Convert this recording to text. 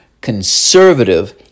conservative